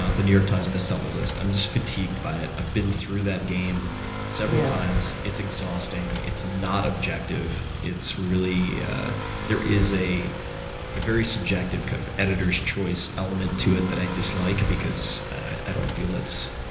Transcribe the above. ah the new york times bestseller list. i'm just fatigued by it. i've been through that game several times. it's exhausting. it's not objective. it's really there is a very subjective kind of editor's choice element to it that i dislike because i don't feel it's